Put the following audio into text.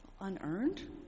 Unearned